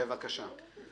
בבקשה.